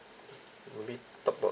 maybe talk about